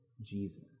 Jesus